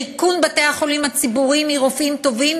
ריקון בתי-החולים הציבוריים מרופאים טובים,